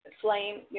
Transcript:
flame